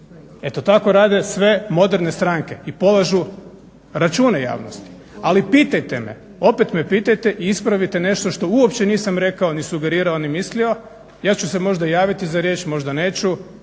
Eto tako rade sve moderne stranke i polažu račune javnosti. Ali pitajte me, opet me pitajte i ispravite nešto što uopće nisam rekao ni sugerirao ni mislio, ja ću se možda javiti za riječ, možda neću.